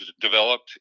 developed